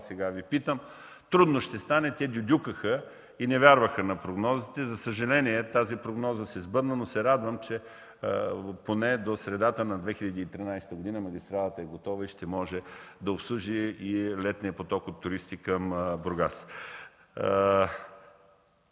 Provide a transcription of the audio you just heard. сега Ви питам, трудно ще стане. Те дюдюкаха и не вярваха на прогнозите. За съжаление, тази прогноза се сбъдна. Радвам се, че до средата на 2013 г. автомагистралата е готова и ще може да обслужва летния поток от туристи към Бургас.